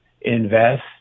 invest